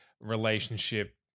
relationship